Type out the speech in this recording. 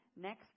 Next